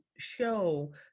show